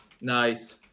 Nice